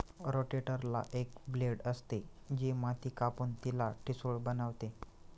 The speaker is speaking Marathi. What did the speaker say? रोटेटरला एक ब्लेड असते, जे माती कापून तिला ठिसूळ बनवते